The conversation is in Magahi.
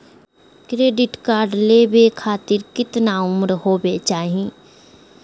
क्रेडिट कार्ड लेवे खातीर कतना उम्र होवे चाही?